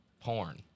porn